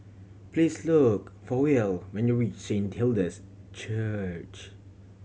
please look for Will when you reach Saint Hilda's Church